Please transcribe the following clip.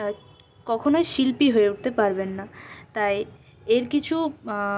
কখনই শিল্পী হয়ে উঠতে পারবেন না তাই এর কিছু